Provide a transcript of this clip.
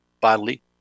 bodily